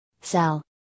cell